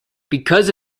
because